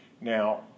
Now